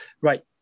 Right